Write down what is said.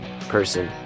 person